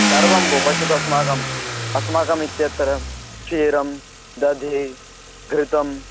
सर्वं भो पश्यतु अस्माकम् अस्माकम् इत्यत्र क्षीरं दधिः घृतम्